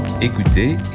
Écoutez